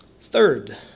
third